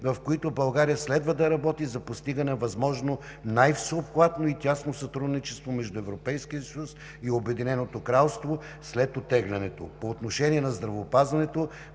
в които България следва да работи за постигане на възможно най-всеобхватно и тясно сътрудничество между Европейския съюз и Обединеното кралство след оттеглянето. По отношение на здравеопазването